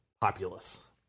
populace